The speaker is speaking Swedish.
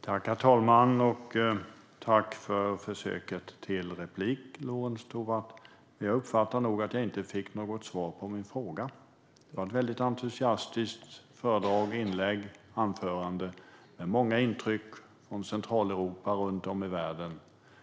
Herr talman! Tack för försöket till replik, Lorentz Tovatt! Men jag uppfattade nog att jag inte fick något svar på min fråga. Det var ett entusiastiskt föredrag, inlägg och anförande med många intryck från Centraleuropa och runt om i världen.